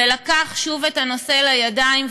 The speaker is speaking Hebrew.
ולקח שוב את הנושא לידיים,